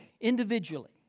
individually